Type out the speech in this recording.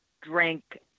drank